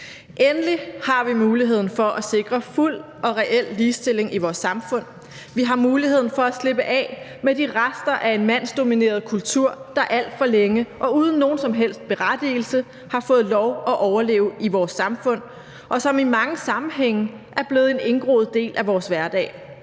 Endelig har vi muligheden for at sikre en fuld og reel ligestilling i vores samfund, vi har muligheden for at slippe af med de rester af en mandsdomineret kultur, der alt for længe og uden nogen som helst berettigelse har fået lov at overleve i vores samfund, og som i mange sammenhænge er blevet en indgroet del af vores hverdag.